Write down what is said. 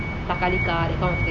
thakkali that kind of thing